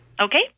Okay